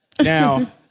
Now